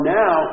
now